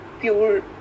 pure